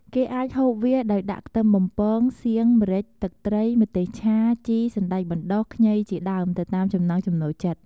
គេអាចហូបវាដោយដាក់ ខ្ទឹមបំពង សៀង ម្រេច ទឹកត្រី ម្ទេសឆា ជី សណ្តែកបណ្តុះ ខ្ញី ជាដើមទៅតាមចំណង់ចំណូលចិត្ត។